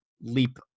leap